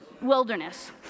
wilderness